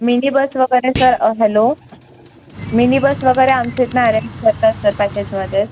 mini bus वगैरे sir hello mini bus वगैरे आमच्या इथून ॲरेंज करतात सर पॅकेजमध्येच